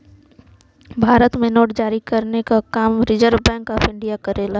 भारत में नोट जारी करे क काम रिज़र्व बैंक ऑफ़ इंडिया करेला